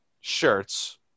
Shirts